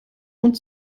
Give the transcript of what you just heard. und